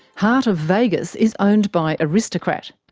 heart of vegas is owned by aristocrat.